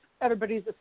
everybody's